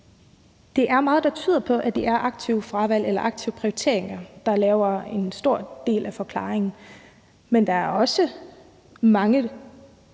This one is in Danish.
Der er meget, der tyder på, at det er aktive fravalg eller aktive prioriteringer, der udgør en stor del af forklaringen. Men der er også mange